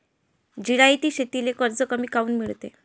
जिरायती शेतीले कर्ज कमी काऊन मिळते?